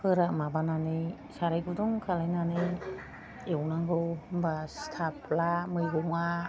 माबानानै साराय गुदुं खालायनानै एवनांगौ होमबा सिथाबला मैगंआ